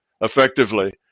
effectively